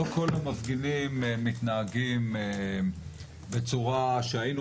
לא כל המפגינים מתנהגים בצורה שהיינו